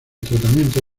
tratamiento